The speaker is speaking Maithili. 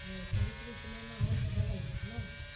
ओ सावित्री सिनेमा हॉलके बगलमे ने